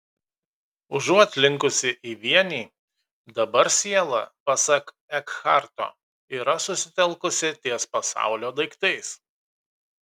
užuot linkusi į vienį dabar siela pasak ekharto yra susitelkusi ties pasaulio daiktais